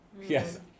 Yes